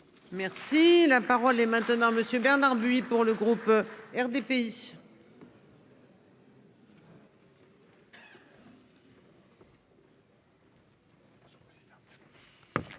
Merci la parole est maintenant Monsieur Bernard buis pour le groupe RDPI.